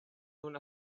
una